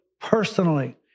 personally